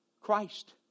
Christ